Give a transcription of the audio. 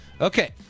Okay